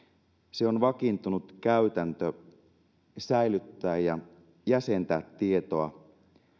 se on vakiintunut käytäntö säilyttää ja jäsentää tietoa